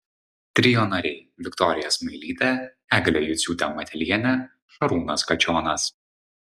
trio nariai viktorija smailytė eglė juciūtė matelienė šarūnas kačionas